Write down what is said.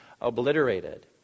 obliterated